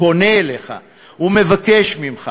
פונה אליך ומבקש ממך,